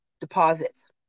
deposits